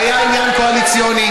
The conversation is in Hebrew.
היה עניין קואליציוני,